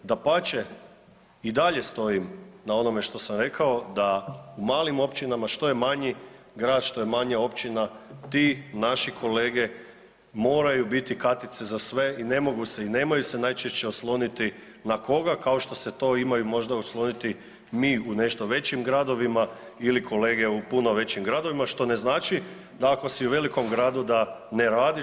Dapače i dalje stojim na onome što sam rekao, da u malim općinama što je manji grad, što je manja općina ti naši kolege moraju biti kartice za sve i ne mogu se i nemaju se najčešće osloniti na koga kao što se to možda imaju možda osloniti mi u nešto većim gradovima ili kolege u puno većim gradovima što ne znači da ako si u velikom gradu da ne radiš.